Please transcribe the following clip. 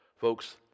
Folks